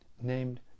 named